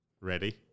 ready